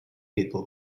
people